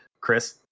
Chris